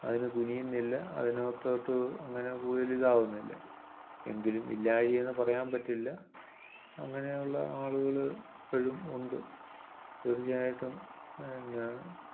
അതിന് തുനിയുന്നില്ല അതിനകത്തോട്ടു അങ്ങനെ കൂടുതൽ ഇതാകുന്നില്ല എങ്കിലും ഇല്ലായ്കയെന്നു പറയാൻ പറ്റില്ല അങ്ങനെ ഉള്ള ആളുകൾ ഇപ്പോഴും ഉണ്ട് തീർച്ചയായിട്ടും എന്നാൽ